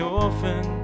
orphan